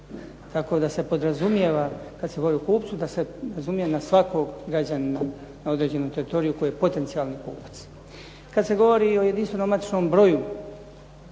tako da se podrazumijeva kad se govori o kupcu da se misli na svakog građanina na određenom teritoriju koji je potencijalni kupac. Kad se govori o jedinstvenom matičnom broju